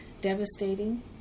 devastating